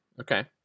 Okay